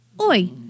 Oi